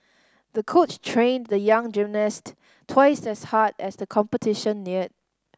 the coach trained the young gymnast twice as hard as the competition neared